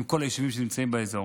עם כל היישובים שנמצאים באזור.